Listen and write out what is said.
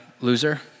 loser